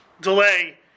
delay